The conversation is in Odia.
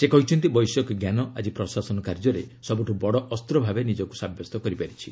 ସେ କହିଛନ୍ତି ବୈଷୟିକଜ୍ଞାନ ଆଜି ପ୍ରଶାସନ କାର୍ଯ୍ୟରେ ସବୁଠୁ ବଡ଼ ଅସ୍ତ ଭାବରେ ନିଜକୁ ସାବ୍ୟସ୍ତ କରିପାରିଛି